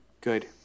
Good